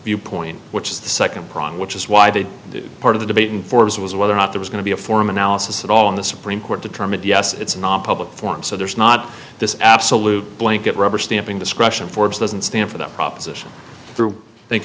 viewpoint which is the second prong which is why they did part of the debate in four years was whether or not there is going to be a form analysis at all in the supreme court determined yes it's not a public forum so there's not this absolute blanket rubberstamp indiscretion forbes doesn't stand for that proposition through thank